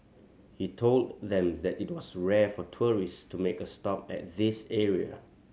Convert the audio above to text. he told them that it was rare for tourist to make a stop at this area